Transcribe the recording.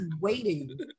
waiting